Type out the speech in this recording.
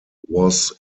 was